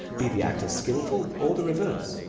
be the actor skilful or the reverse.